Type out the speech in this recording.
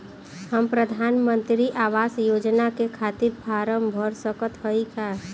हम प्रधान मंत्री आवास योजना के खातिर फारम भर सकत हयी का?